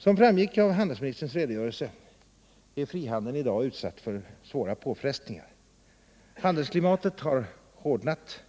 Som framgick av handelsministerns redogörelse är frihandeln i dag utsatt för svåra påfrestningar. Handelsklimatet har hårdnat